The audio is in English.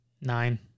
Nine